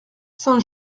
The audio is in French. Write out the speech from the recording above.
saint